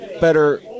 better